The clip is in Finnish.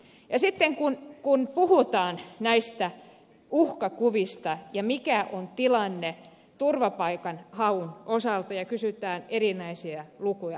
sitten kun puhutaan näistä uhkakuvista ja siitä mikä on tilanne turvapaikanhaun osalta ja kysytään erinäisiä lukuja